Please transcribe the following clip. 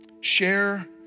Share